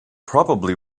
probably